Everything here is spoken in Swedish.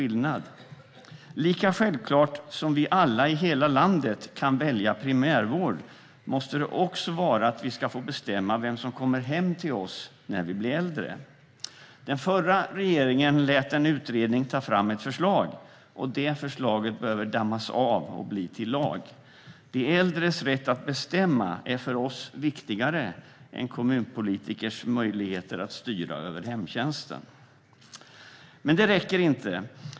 Lika självklart som att vi alla i hela landet kan välja primärvård måste det också vara att vi ska få bestämma vem som kommer hem till oss när vi blir äldre. Den förra regeringen lät en utredning ta fram ett förslag. Det förslaget behöver dammas av och bli till lag. De äldres rätt att bestämma är för oss viktigare än kommunpolitikers möjlighet att styra över hemtjänsten. Men det räcker inte.